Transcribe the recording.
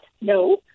no